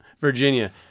Virginia